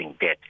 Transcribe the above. debt